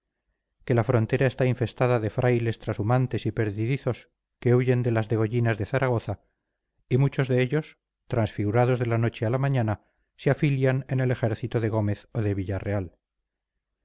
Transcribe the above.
que la frontera está infestada de frailes trashumantes y perdidizos que huyen de las degollinas de zaragoza y muchos de ellos transfigurados de la noche a la mañana se afilian en el ejército de gómez o de villarreal